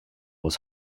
was